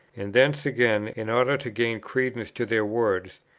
and thence again, in order to gain credence to their words,